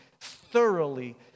thoroughly